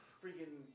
freaking